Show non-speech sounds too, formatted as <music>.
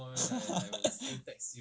<breath> <laughs> <breath>